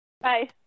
Bye